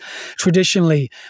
traditionally